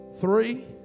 Three